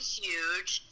huge